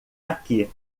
aqui